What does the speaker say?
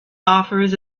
offers